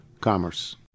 commerce